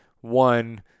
one